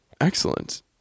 excellent